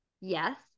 yes